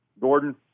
Gordon